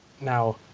now